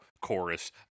chorus